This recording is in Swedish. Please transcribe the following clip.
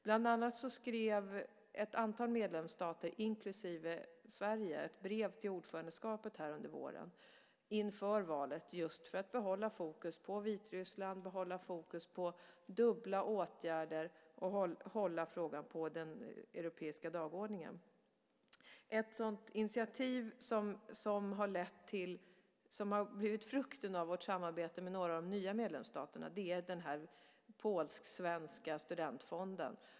Bland annat skrev ett antal medlemsstater, inklusive Sverige, nu i våras ett brev till ordförandeskapet inför valet just för att behålla fokus på Vitryssland och på dubbla åtgärder och för att hålla kvar frågan på den europeiska dagordningen. Ett sådant initiativ som har blivit frukten av vårt samarbete med några av de nya medlemsstaterna är den polsk-svenska studentfonden.